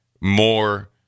more